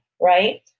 right